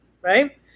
right